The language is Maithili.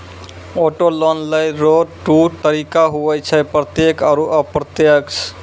ऑटो लोन लेय रो दू तरीका हुवै छै प्रत्यक्ष आरू अप्रत्यक्ष